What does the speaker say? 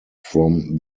from